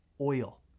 oil